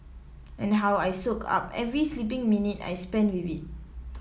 and how I soak up every sleeping minute I spend with it